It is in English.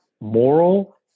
moral